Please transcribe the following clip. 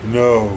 no